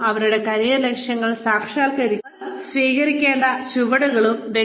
ഒപ്പം അവരുടെ കരിയർ ലക്ഷ്യങ്ങൾ സാക്ഷാത്കരിക്കാൻ അവർ സ്വീകരിക്കേണ്ട ചുവടുകളും